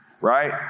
right